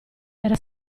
era